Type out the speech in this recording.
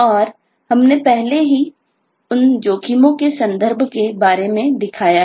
और हमने पहले ही उन जोखिमों के संदर्भ के बारे में दिखाया है